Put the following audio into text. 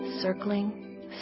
circling